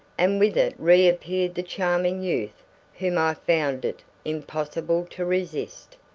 and with it reappeared the charming youth whom i found it impossible to resist.